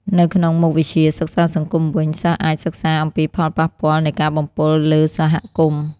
នៅក្នុងមុខវិជ្ជា សិក្សាសង្គមវិញ សិស្សអាចសិក្សាអំពីផលប៉ះពាល់នៃការបំពុលលើសហគមន៍។